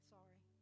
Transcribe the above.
Sorry